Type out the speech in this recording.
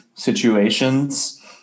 situations